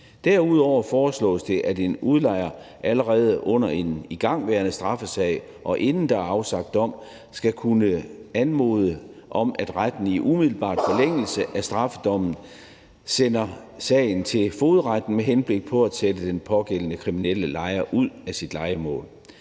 Derudover foreslås det, at en udlejer allerede under en igangværende straffesag, og inden der er afsagt dom, skal kunne anmode om, at retten i umiddelbar forlængelse af straffedommen sender sagen til fogedretten med henblik på at sætte den pågældende kriminelle lejer ud af dennes lejemål.